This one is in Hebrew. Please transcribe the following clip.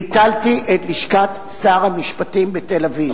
ביטלתי את לשכת שר המשפטים בתל-אביב.